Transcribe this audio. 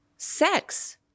sex